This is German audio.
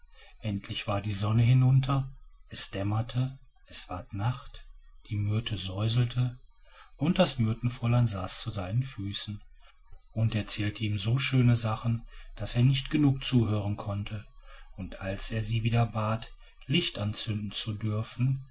endlich war die sonne hinunter es dämmerte es ward nacht die myrte säuselte und das myrtenfräulein saß zu seinen füßen und erzählte ihm so schöne sachen daß er nicht genug zuhören konnte und als er sie wieder bat licht anzünden zu dürfen